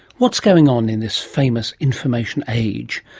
what's going on in this famous information age?